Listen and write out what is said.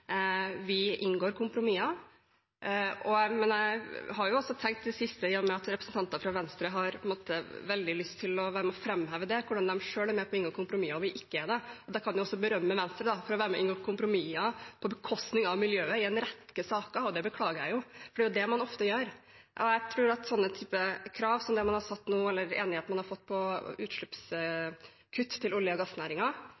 Vi inngår kompromisser, men jeg har også tenkt i det siste iom. at representanter fra Venstre har veldig lyst til å være med på å framheve det – hvordan de selv er med på å inngå kompromisser og vi ikke er det. Jeg kan jo berømme Venstre for være med på noen kompromisser på bekostning av miljøet i en rekke saker – det beklager jeg jo. Det er det man ofte gjør. Jeg tror at den typen krav som man har satt nå, eller den enigheten man har fått på